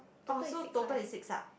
orh so total is six ah